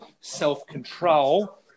self-control